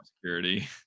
security